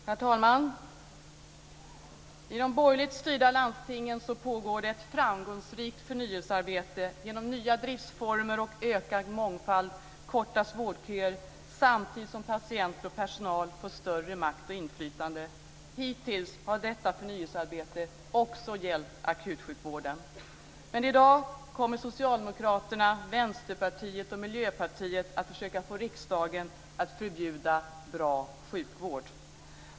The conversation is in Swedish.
Herr talman! I de borgerligt styrda landstingen pågår ett framgångsrikt förnyelsearbete. Genom nya driftsformer och ökad mångfald kortas vårdköer samtidigt som patienter och personal får större makt och inflytande. Hittills har detta förnyelsearbete också gällt akutsjukvården. Men i dag kommer Socialdemokraterna, Vänsterpartiet och Miljöpartiet att försöka få riksdagen att förbjuda bra sjukvård.